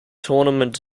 tournament